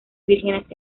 vírgenes